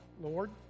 Lord